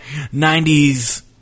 90s